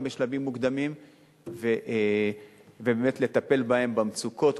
בשלבים מוקדמים ובאמת לטפל בהם במצוקות,